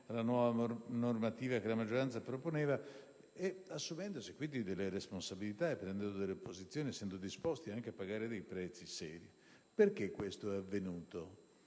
alla nuova normativa che la maggioranza proponeva, assumendosi quindi responsabilità, prendendo una posizione ed essendo disposti a pagare prezzi seri. Perché questo è avvenuto?